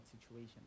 situation